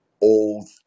old